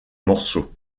morceau